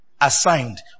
assigned